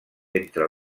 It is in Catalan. entre